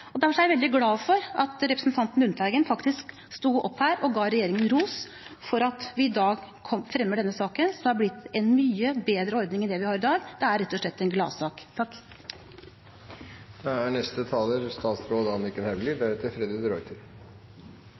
Derfor er jeg veldig glad for at representanten Lundteigen faktisk sto her oppe og ga regjeringen ros for at vi i dag fremmer denne saken, som har blitt en mye bedre ordning enn den vi har i dag. Det er rett og slett en gladsak!